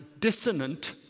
dissonant